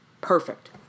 perfect